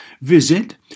Visit